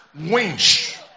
winch